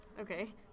Okay